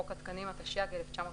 חוק התקנים, התשי"ג-1953,